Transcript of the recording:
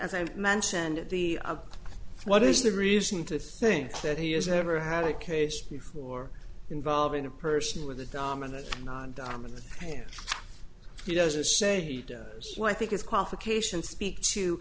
as i mentioned at the what is the reason to think that he has never had a case before involving a person with a dominant non dominant hand he doesn't say what i think his qualifications speak to